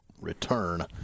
return